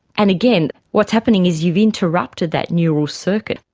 and again, what's happening is you've interrupted that neural circuit.